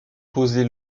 posée